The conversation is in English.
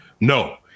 no